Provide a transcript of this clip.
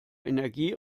energie